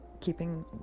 Keeping